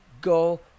go